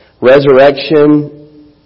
resurrection